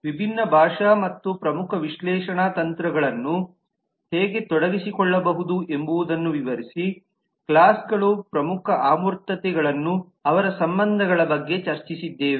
ವಿಭಿನ್ನ ಭಾಷಾ ಮತ್ತು ಪ್ರಮುಖ ವಿಶ್ಲೇಷಣಾ ತಂತ್ರಗಳನ್ನು ಹೇಗೆ ತೊಡಗಿಸಿಕೊಳ್ಳಬಹುದು ಎಂಬುದನ್ನು ವಿವರಿಸಿ ಕ್ಲಾಸ್ಗಳು ಪ್ರಮುಖ ಅಮೂರ್ತತೆಗಳನ್ನು ಅವರ ಸಂಬಂಧಗಳ ಬಗ್ಗೆ ಚರ್ಚಿಸಿದ್ದೇವೆ